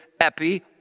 epi